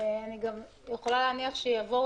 יתכן שיבקשו